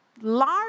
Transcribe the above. large